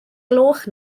gloch